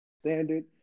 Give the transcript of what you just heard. standard